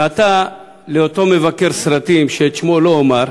ועתה לאותו מבקר סרטים, שאת שמו לא אומר,